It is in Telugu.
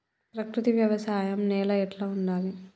ప్రకృతి వ్యవసాయం నేల ఎట్లా ఉండాలి?